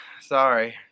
Sorry